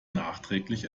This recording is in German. nachträglich